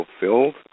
fulfilled